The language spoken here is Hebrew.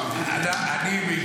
אני,